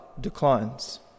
declines